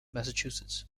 massachusetts